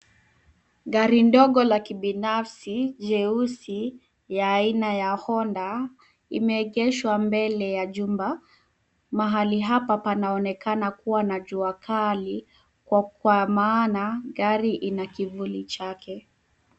Gari ndogo la kibinafsi jeusi, ya aina ya Honda, imeegeshwa mbele ya jumba. Mahali hapa panaonekana kuwa na jua kali, kwa maana gari lina kivuli chake